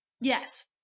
Yes